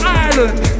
island